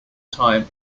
time